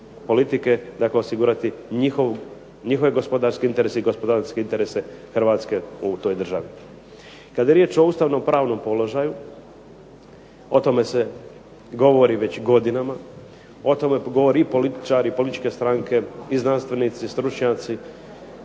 osigurati njihove gospodarske interese i gospodarske interese Hrvatske u toj državi. Kada je riječ o ustavno-pravnom položaju, o tome se govori već godinama, o tome govore i političari i političke stranke i znanstvenici, stručnjaci,